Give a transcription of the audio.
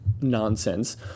nonsense